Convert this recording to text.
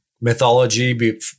mythology